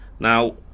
Now